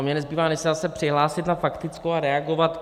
Mně nezbývá, než se zase přihlásit na faktickou a reagovat.